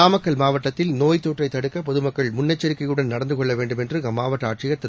நாமக்கல் மாவட்டத்தில் நோய்த்தொற்றை தடுக்க பொதுமக்கள் முன்னெச்சரிக்கையுடன் நடந்து கொள்ள வேண்டும் என்று அம்மாவட்ட ஆட்சியர் திரு